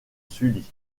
sully